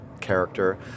character